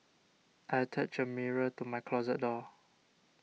I attached a mirror to my closet door